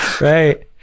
right